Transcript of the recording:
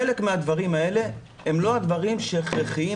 חלק מהדברים האלה הם לא הדברים שהכרחיים